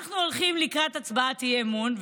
אנחנו הולכים לקראת הצבעת אי-אמון,